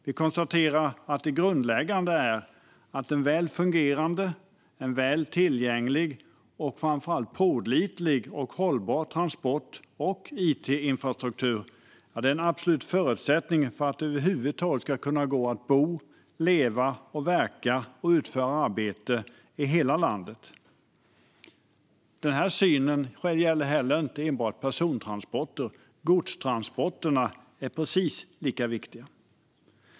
Vi konstaterar att det grundläggande är att en väl fungerande, tillgänglig och framför allt pålitlig och hållbar transport och it-infrastruktur är en absolut förutsättning för att det över huvud taget ska gå att bo, leva, verka och utföra arbete i hela landet. Denna syn gäller inte enbart persontransporter, utan godstransporterna är precis lika viktiga.